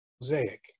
mosaic